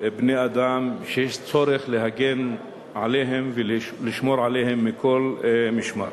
בני-אדם שיש צורך להגן עליהם ולשמור עליהם מכל משמר.